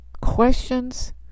questions